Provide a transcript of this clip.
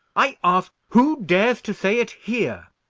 i ask, who dares to say it here?